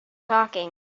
talking